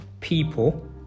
people